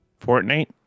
Fortnite